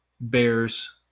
bears